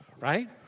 Right